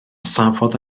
safodd